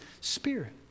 spirit